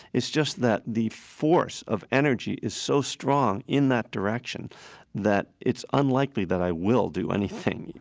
it's just that the force of energy is so strong in that direction that it's unlikely that i will do anything.